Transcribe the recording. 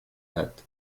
hat